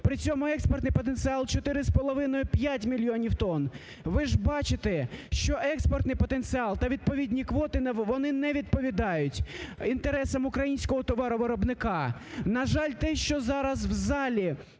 при цьому експортний потенціал 4,5-5 мільйонів тонн. Ви ж бачите, що експортний потенціал та відповідні квоти вони не відповідають інтересам українського товаровиробника. На жаль, те, що в залі